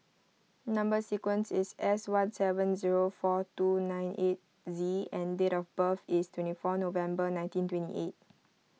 Number Sequence is S one seven zero four two nine eight Z and date of birth is twenty four November nineteen twenty eight